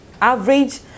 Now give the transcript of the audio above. average